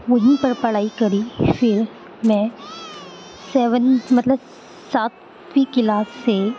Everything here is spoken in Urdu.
وہیں پر پڑھائی کری پھر میں سیون مطلب ساتویں کلاس سے